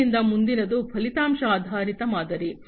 ಆದ್ದರಿಂದ ಮುಂದಿನದು ಫಲಿತಾಂಶ ಆಧಾರಿತ ಮಾದರಿ